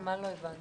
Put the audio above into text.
מה לא הבנת?